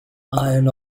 iron